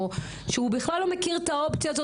שהוא בכלל לא מכיר את האופציה הזאת,